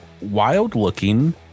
wild-looking